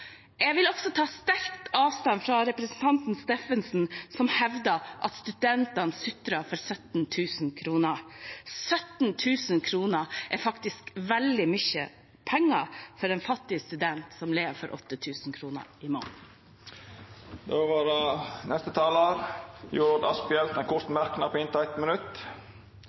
Jeg vil også ta sterk avstand fra representanten Steffensen, som hevder at studenter sutrer for 17 000 kr. 17 000 kr er faktisk veldig mye penger for en fattig student som lever på 8 000 kr i måneden. Representanten Jorodd Asphjell har hatt ordet to gonger tidlegare og får ordet til ein kort merknad, avgrensa til 1 minutt.